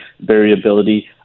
variability